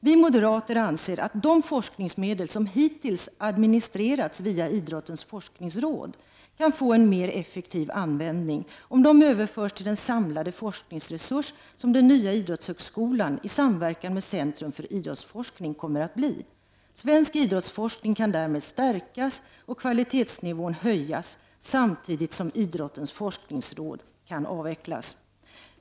Vi moderater anser att de forskningsmedel som hittills har administrerats via Idrottens forskningsråd kan få en mer effektiv användning om de överförs till den samlade forskningsresurs som den nya idrottshögskolan i samverkan med Centrum för idrottsforskning kommer att bli. Svensk idrottsforskning kan därmed stärkas och kvalitetsnivån höjas samtidigt som Idrottens forskningsråd kan avvecklas.